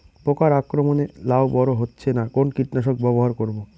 পোকার আক্রমণ এ লাউ বড় হচ্ছে না কোন কীটনাশক ব্যবহার করব?